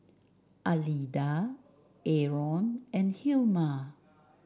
Alida Arron and Hilma